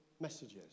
messages